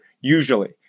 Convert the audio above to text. usually